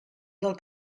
del